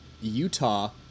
Utah